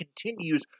continues